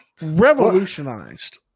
revolutionized